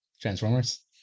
Transformers